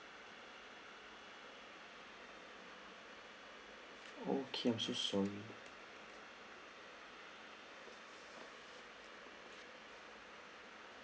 okay I am so sorry